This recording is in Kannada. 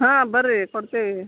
ಹಾಂ ಬನ್ರಿ ಕೊಡ್ತೀವಿ